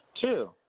Two